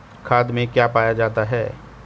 खाद में क्या पाया जाता है?